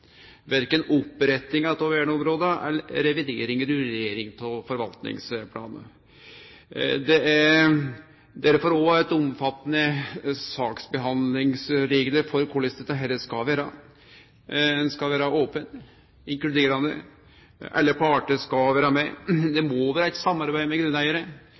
verken opprettinga av verneområda eller revidering og rullering av forvaltningsplanen. Det er derfor omfattande saksbehandlingsreglar for korleis dette skal vere. Ein skal vere open, inkluderande, alle partar skal vere med, det må vere eit samarbeid med